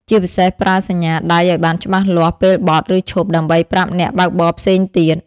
ជាពិសេស ប្រើសញ្ញាដៃឲ្យបានច្បាស់លាស់ពេលបត់ ឬឈប់ ដើម្បីប្រាប់អ្នកបើកបរផ្សេងទៀត។